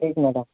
ଏଇ ଦିନଟା